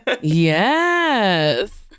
yes